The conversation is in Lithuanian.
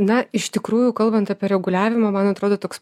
na iš tikrųjų kalbant apie reguliavimą man atrodo toks